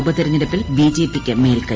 ഉപതെരഞ്ഞെടുപ്പിൽ ബിജെപ്പിക്ക് മേൽക്കൈ